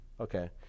Okay